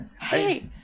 Hey